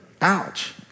Ouch